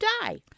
die